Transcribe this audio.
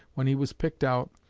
when he was picked out,